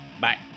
Bye